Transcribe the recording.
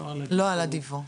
לא על הדיוור.